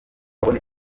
abone